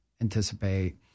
anticipate